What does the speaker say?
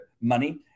money